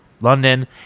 London